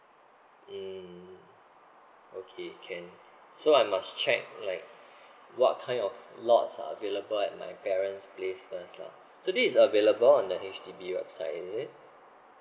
mm okay can so I must check like what kind of lots are available at my parents place first lah so this is available on the H_D_B website is it